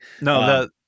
no